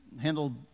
handled